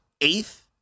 eighth